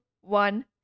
one